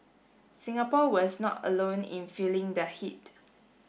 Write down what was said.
Singapore was not alone in feeling the heat